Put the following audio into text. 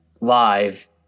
live